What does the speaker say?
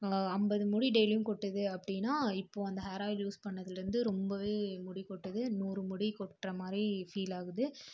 ஐம்பது முடி டெய்லியும் கொட்டுது அப்படின்னா இப்போது வந்து அந்த ஹேர் ஆயில் யூஸ் பண்ணிணதுலேருந்து ரொம்பவே முடி கொட்டுது நூறுமுடி கொட்டுற மாதிரி ஃபீல் ஆகுது